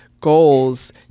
goals